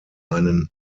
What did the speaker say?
einen